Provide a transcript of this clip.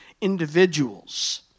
individuals